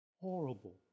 Horrible